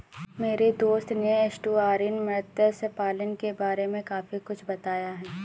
मेरे दोस्त ने एस्टुअरीन मत्स्य पालन के बारे में काफी कुछ बताया